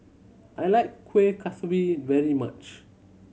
I like Kuih Kaswi very much